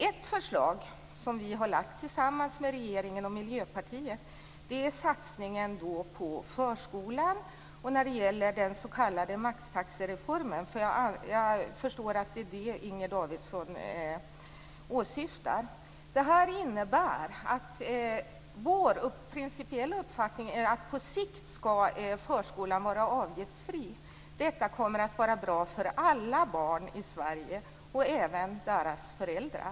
Ett förslag som vi har lagt fram tillsammans med regeringen och Miljöpartiet gäller satsningen på förskolan. Och det gäller den s.k. maxtaxereformen - jag förstår att det är den som Inger Davidson åsyftar. Det här innebär att vår principiella uppfattning är att förskolan på sikt ska vara avgiftsfri. Detta kommer att vara bra för alla barn i Sverige och även för deras föräldrar.